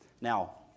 Now